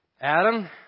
Adam